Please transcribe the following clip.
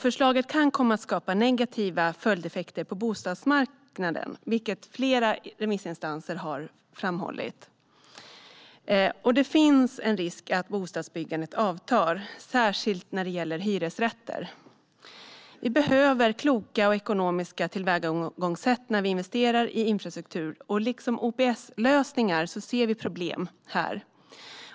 Förslaget kan komma att skapa negativa följdeffekter på bostadsmarknaden, vilket flera remissinstanser har framhållit. Det finns en risk att bostadsbyggandet avtar, särskilt när det gäller hyresrätter. Vi behöver kloka och ekonomiska tillvägagångssätt när vi investerar i infrastruktur. Liksom vad gäller OPS-lösningar ser vi problem här.